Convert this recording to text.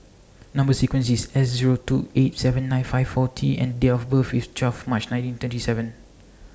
Number sequence IS S Zero two eight seven nine five four T and Date of birth IS twelve March nineteen twenty seven